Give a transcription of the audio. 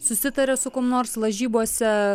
susitarė su kuom nors lažybose